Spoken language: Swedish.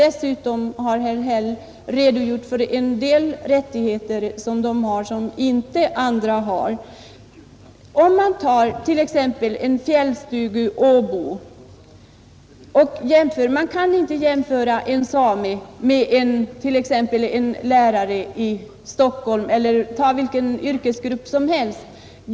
Dessutom har herr Häll redogjort för en del rättigheter som de har i fjällvärlden och som inte andra har. Man kan inte jämföra en same med t.ex. en lärare i Stockholm.